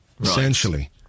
essentially